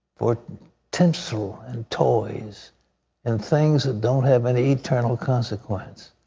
for tinsel and toys and things that don't have any eternal consequence.